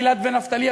גיל-עד ונפתלי,